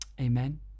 Amen